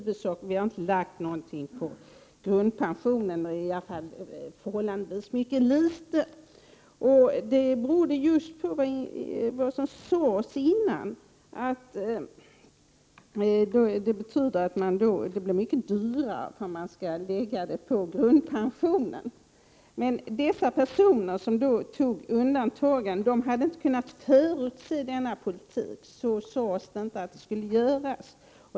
Vi har inte lagt höjningen på grundpensionen, i vart fall förhållandevis mycket litet. Det berodde just på vad som sades tidigare, att det betyder att det blir mycket dyrare eftersom det läggs på grundpensionen. De personer som valde undantagande hade inte kunnat förutse denna politik — så sades det inte att det skulle göras.